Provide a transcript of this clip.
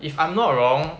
if I'm not wrong